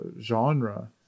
genre